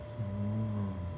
hmm